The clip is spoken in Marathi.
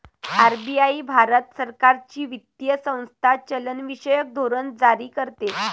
आर.बी.आई भारत सरकारची वित्तीय संस्था चलनविषयक धोरण जारी करते